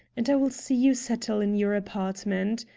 and i will see you settle in your apartment.